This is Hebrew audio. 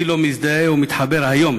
מי לא מזדהה ומתחבר היום,